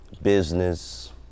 business